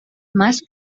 más